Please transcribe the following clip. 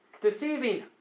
Deceiving